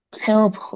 help